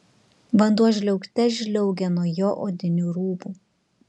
vanduo žliaugte žliaugė nuo jo odinių rūbų